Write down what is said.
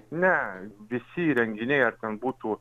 ne visi įrenginiai ar ten būtų